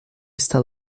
está